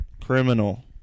criminal